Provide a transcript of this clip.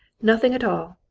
nothing at all!